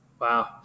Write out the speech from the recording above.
Wow